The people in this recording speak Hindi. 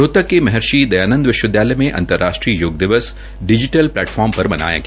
रोहतक में महर्षि दयानंद विश्वविद्यालय में अंतर्राष्ट्रीय योग दिवस डिजीटल प्लेटफार्म पर मनाया गया